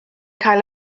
cael